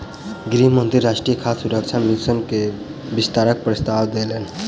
गृह मंत्री राष्ट्रीय खाद्य सुरक्षा मिशन के विस्तारक प्रस्ताव देलैन